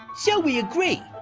so we agree!